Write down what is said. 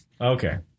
Okay